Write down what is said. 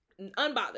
unbothered